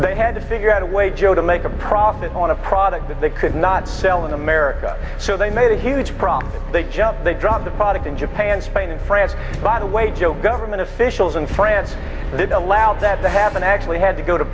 they had to figure out a way joe to make a profit on a product that they could not sell in america so they made a huge problem they jumped they dropped the product in japan spain and france by the way joe government officials in france that allowed that to happen actually had to go to